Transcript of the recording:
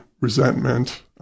resentment